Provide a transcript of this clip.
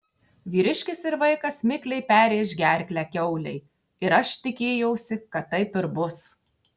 vyriškis ir vaikas mikliai perrėš gerklę kiaulei ir aš tikėjausi kad taip ir bus